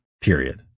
Period